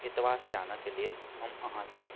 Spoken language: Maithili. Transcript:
एतबाके जानै कऽ लेल हम अहाँसँ